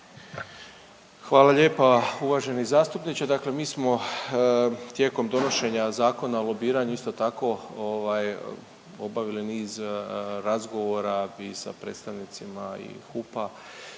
Hvala lijepa uvaženi zastupniče. Dakle mi smo tijekom donošenja Zakona o lobiranju isto tako, ovaj, obavili niz razgovora i sa predstavnicima i HUP-a,